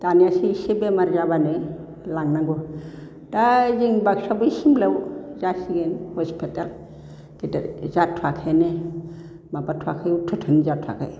दानियासो इसे बेमार जाब्लानो लांनांगौ दा जों बाक्सा बै सिमलायाव जासिगोन हस्पिटाल गिदिद जाथ'खैनो माबाथ'आखै उध'धानि जाथ'आखै